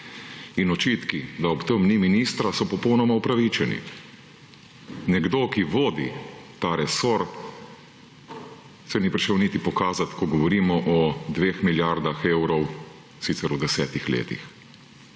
In očitki, da ob tem ni ministra, so popolnoma neupravičeni. Nekdo, ki vodi ta resor, se ni prišel niti pokazat, ko govorimo o dveh milijardah evrov sicer v desetih letih.